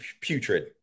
putrid